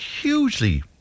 hugely